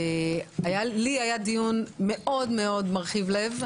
לי היה דיון מאוד מרחיב לב,